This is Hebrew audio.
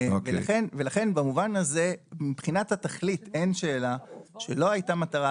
לכן במובן הזה מבחינת התכלית אין שאלה שלא הייתה מטרה,